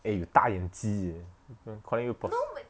eh you 大眼妓 eh peop~ calling you prostit~